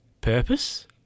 purpose